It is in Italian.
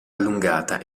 allungata